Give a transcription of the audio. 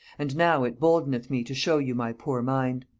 and now it boldeneth me to show you my poor mind.